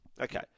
Okay